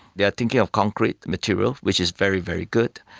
they are thinking of concrete material, which is very, very good.